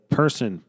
person